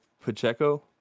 Pacheco